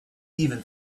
even